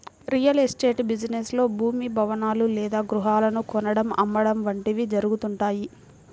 real estate business లో భూమి, భవనాలు లేదా గృహాలను కొనడం, అమ్మడం వంటివి జరుగుతుంటాయి